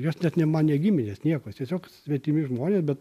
jos net ne man ne giminės niekas tiesiog svetimi žmonės bet